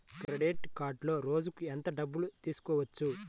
Credit కార్డులో రోజుకు ఎంత డబ్బులు తీయవచ్చు?